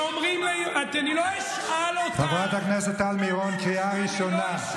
לא אשאל אותך, חברת הכנסת טל מירון, קריאה ראשונה.